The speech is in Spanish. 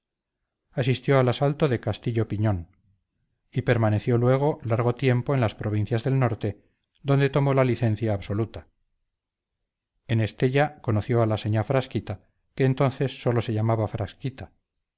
asistió al asalto del castillo piñón y permaneció luego largo tiempo en las provincias del norte donde tomó la licencia absoluta en estella conoció a la señá frasquita que entonces sólo se llamaba frasquita